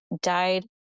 died